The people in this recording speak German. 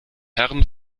herren